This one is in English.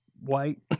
white